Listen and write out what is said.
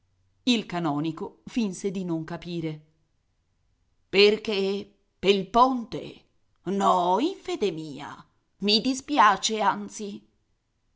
il canonico finse di non capire perché pel ponte no in fede mia i dispiace anzi